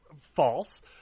false